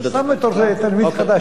סתם בתור תלמיד חדש,